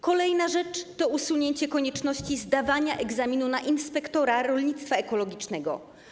Kolejna rzecz to usunięcie konieczności zdawania egzaminu na inspektora rolnictwa ekologicznego.